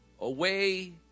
away